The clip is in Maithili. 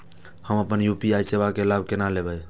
हम अपन यू.पी.आई सेवा के लाभ केना लैब?